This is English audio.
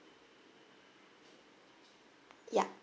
ya